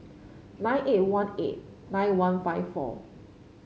nine eight one eight nine one five four